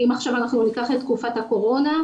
אם עכשיו אנחנו ניקח את תקופות הקורונה,